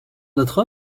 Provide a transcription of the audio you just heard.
notre